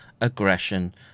aggression